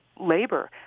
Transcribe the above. labor